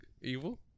evil